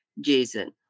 jason